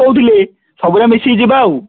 କହୁଥିଲି ସବୁଯାକ ମିଶିକି ଯିବା ଆଉ